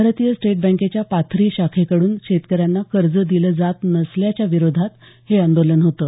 भारतीय स्टेट बँकेच्या पाथरी शाखेकडून शेतकऱ्यांना कर्ज दिलं जात नसल्याच्या विरोधात हे आंदोलन होतं